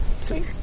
Sweet